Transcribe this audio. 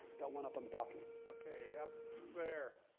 got one up on the balcony. ok. up there.